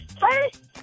First